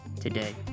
today